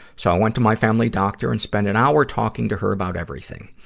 so i went to my family doctor and spent an hour talking to her about everything.